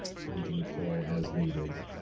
so we can deploy as needed